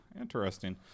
interesting